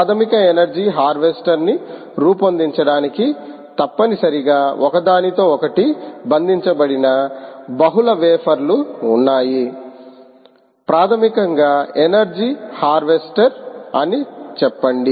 ప్రాథమిక energy harvester ని రూపొందించడానికి తప్పనిసరిగా ఒకదానితో ఒకటి బంధించబడిన బహుళ వెఫర్లు ఉన్నాయి ప్రాథమికంగా ఎనర్జీ హార్వెస్టర్ అని చెప్పండి